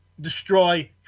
destroy